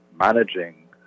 managing